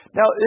Now